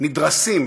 נדרסים